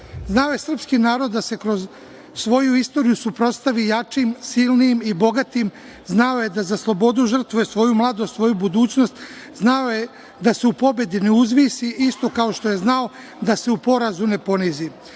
je srpski narod da se kroz svoju istoriju suprotstavi jačim, silnijim i bogatim. Znao je da za slobodu žrtvuje svoju mladost, svoju budućnost. Znao je da se u pobedi ne uzvisi, isto kao što je znao da se u porazu ne ponizi.